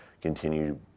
continue